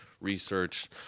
research